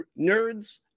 nerds